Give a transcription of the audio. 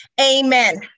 Amen